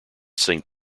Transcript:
saint